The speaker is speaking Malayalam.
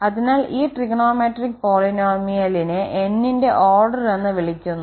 അതിനാൽ ഈ ട്രിഗണോമെട്രിക് പോളിനോമിയലിനെ n ന്റെ ഓർഡർ എന്ന് വിളിക്കുന്നു